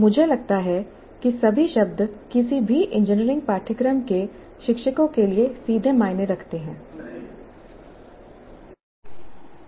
मुझे लगता है कि सभी शब्द किसी भी इंजीनियरिंग पाठ्यक्रम के शिक्षकों के लिए सीधे मायने रखते हैं इंजीनियरिंग डिजाइन कार्यों को करने के लिए मॉडलिंग और कम्प्यूटेशनल तकनीकों को लागू करने के लिए सिमुलेशन बनाएं